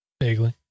Vaguely